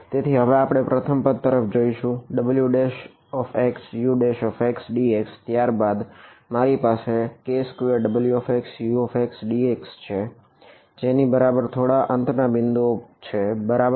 તેથી હવે આપણે પ્રથમ પદ તરફ જોઈશું WxUxdx ત્યાર બાદ મારી પાસે k2WxUxdx છે જેની બરાબર થોડા અંતના બિંદુઓ છે બરાબર